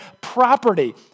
property